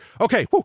Okay